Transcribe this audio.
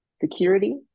security